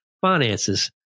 finances